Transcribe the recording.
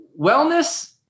Wellness